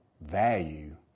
value